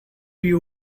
you